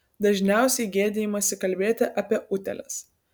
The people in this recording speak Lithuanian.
dažniausiai gėdijamasi kalbėti apie utėles